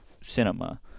cinema